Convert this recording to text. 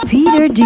Peter